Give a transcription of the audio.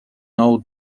old